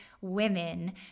women